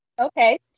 Okay